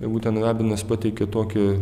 tai būtent rabinas pateikė tokį